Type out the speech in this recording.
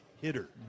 hitter